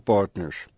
Partners